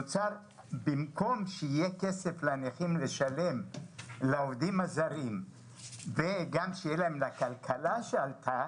במקום שיהיה כסף לנכים לשלם לעובדים הזרים ושיהיה להם כסף לכלכלה שעלתה,